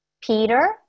Peter